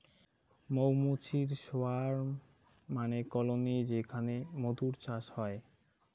মৌ মুচির সোয়ার্ম মানে কলোনি যেখানে মধুর চাষ হই